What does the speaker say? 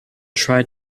try